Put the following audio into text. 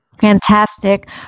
Fantastic